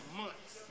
months